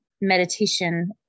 meditation